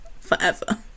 forever